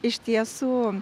iš tiesų